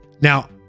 now